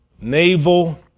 Naval